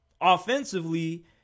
offensively